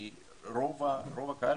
כי רוב הקהל,